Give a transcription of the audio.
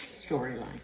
storyline